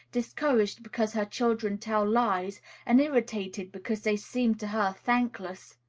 discouraged because her children tell lies and irritated because they seem to her thankless,